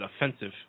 offensive